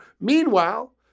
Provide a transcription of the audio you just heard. Meanwhile